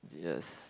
yes